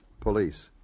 Police